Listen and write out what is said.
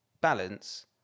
balance